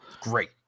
Great